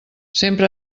sempre